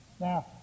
Now